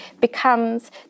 becomes